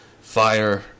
fire